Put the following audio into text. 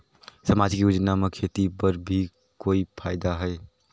समाजिक योजना म खेती बर भी कोई फायदा है?